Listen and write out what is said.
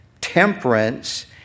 temperance